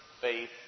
faith